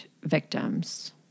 victims